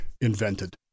invented